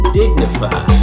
dignify